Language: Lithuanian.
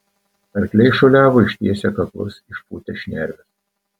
arkliai šuoliavo ištiesę kaklus išpūtę šnerves